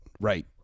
right